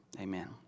Amen